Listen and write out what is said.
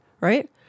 right